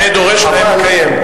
נאה דורש נאה מקיים.